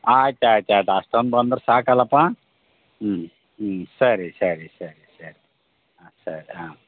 ಆಯ್ತು ಆಯ್ತು ಆಯ್ತು ಅಷ್ಟೊಂದು ಬಂದ್ರೆ ಸಾಕಲ್ವಪ್ಪ ಹ್ಞೂ ಹ್ಞೂ ಸರಿ ಸರಿ ಸರಿ ಸರಿ ಹಾಂ ಸರಿ ಹಾಂ